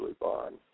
bond